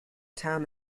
town